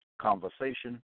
conversation